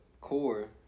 core